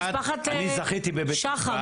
משפחת שחר.